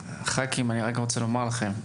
ח"כים, אני רק רוצה לומר לכם,